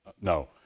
No